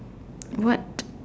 what